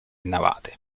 navate